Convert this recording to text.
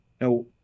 Now